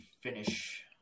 finish